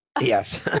yes